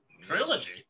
Trilogy